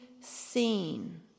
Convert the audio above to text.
seen